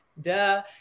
Duh